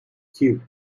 cue